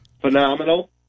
phenomenal